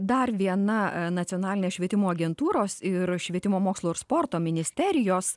dar viena nacionalinės švietimo agentūros ir švietimo mokslo ir sporto ministerijos